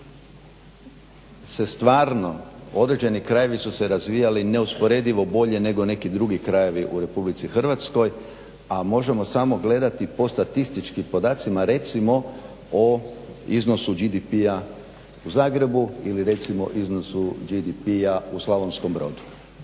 se stvarno određeni krajevi su se razvijali neusporedivo bolje nego neki drugi krajevi u Republici Hrvatskoj, a možemo samo gledati po statističkim podacima, recimo o iznosu GDP-a u Zagrebu, ili recimo iznosu GDP-a u Slavonskom Brodu.